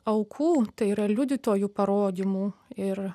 aukų tai yra liudytojų parodymų ir